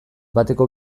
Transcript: bateko